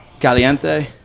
caliente